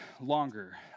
longer